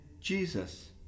Jesus